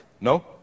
no